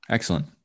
Excellent